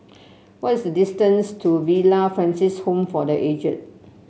what is the distance to Villa Francis Home for The Aged